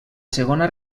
segona